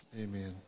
Amen